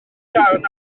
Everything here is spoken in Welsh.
darn